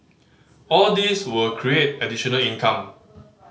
all these will create additional income